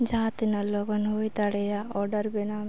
ᱡᱟᱦᱟᱸ ᱛᱤᱱᱟᱹᱜ ᱞᱚᱜᱚᱱ ᱦᱩᱭ ᱫᱟᱲᱭᱟᱜ ᱚᱰᱟᱨ ᱵᱮᱱᱟᱣ ᱢᱮ